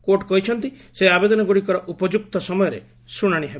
court କହିଛନ୍ତି ସେହି ଆବେଦନଗୁଡ଼ିକର ଉପଯୁକ୍ତ ସମୟରେ ଶୁଣାଣି ହେବ